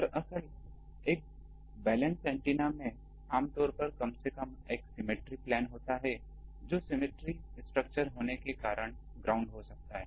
दरअसल एक balance antenna में आमतौर पर कम से कम एक सिमिट्री प्लेन होता है जो सिमेट्री स्ट्रक्चर होने के कारण ग्राउंड हो सकता है